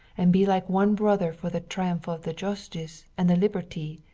and be like one brother for the triumph of the justice, and the liberty,